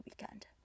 weekend